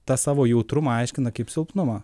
tą savo jautrumą aiškina kaip silpnumą